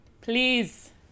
please